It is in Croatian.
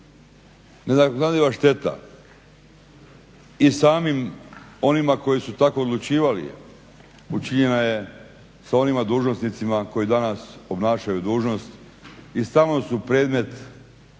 vlasti. … ne zanima šteta i samim onima koji su tako odlučivali učinjena je s onim dužnosnicima koji danas obnašaju dužnost i samo su predmet